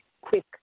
quick